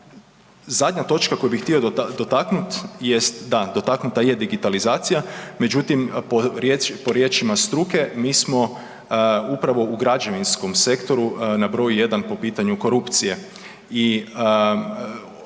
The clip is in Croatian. Zadnja točka koju bih htio dotaknut, jest da dotaknuta je digitalizacija, međutim po riječima struke mi smo upravo u građevinskom sektoru na broju 1 po pitanju korupcije